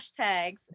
hashtags